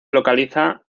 localiza